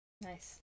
nice